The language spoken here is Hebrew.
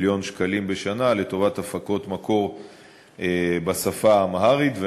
4.8 מיליון שקלים בשנה לטובת הפקות מקור בשפה האמהרית,